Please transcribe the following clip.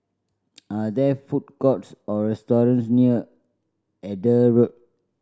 are there food courts or restaurant near Eber Road